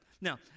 Now